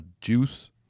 juice